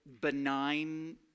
benign